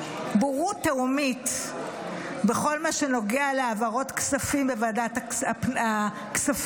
בורות תהומית בכל מה שנוגע להעברות כספים בוועדת הכספים,